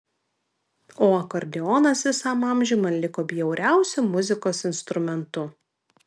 o akordeonas visam amžiui man liko bjauriausiu muzikos instrumentu